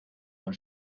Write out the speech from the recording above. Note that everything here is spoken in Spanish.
con